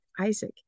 Isaac